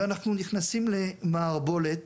ואנחנו נכנסים למערבולת